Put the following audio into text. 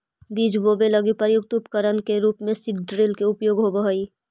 बीज बोवे लगी प्रयुक्त उपकरण के रूप में सीड ड्रिल के उपयोग होवऽ हई